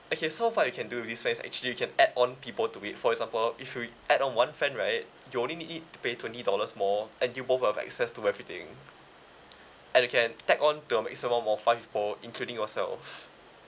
okay so far you can do with this plan actually you can add on people to it for example if you add on one friend right you only need it to pay twenty dollars more and you both have access to everything and you can tag on to a maximum of five people including yourself